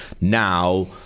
now